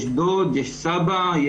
יש דוד, יש סבא,